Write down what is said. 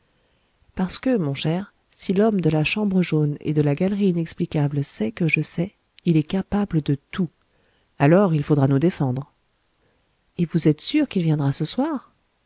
parce que mon cher si l'homme de la chambre jaune et de la galerie inexplicable sait que je sais il est capable de tout alors il faudra nous défendre et vous êtes sûr qu'il viendra ce soir